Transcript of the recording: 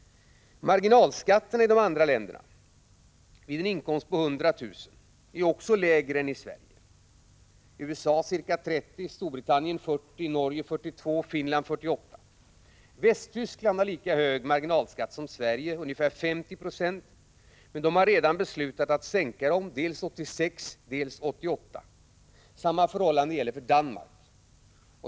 Marginalskatten vid en inkomst på 100 000 kr. är i de andra länderna också lägre än i Sverige —-i USA ca 30 70, i Storbritannien 40 96, i Norge 42 Io och i Finland 48 90. Västtyskland har lika hög marginalskatt som Sverige — ungefär 50 20 — men har redan beslutat att sänka den dels 1986, dels 1988. Samma förhållande gäller för Danmark.